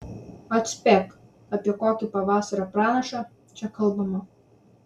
atspėk apie kokį pavasario pranašą čia kalbama